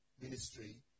ministry